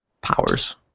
powers